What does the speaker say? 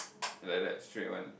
like that straight one